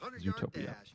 Utopia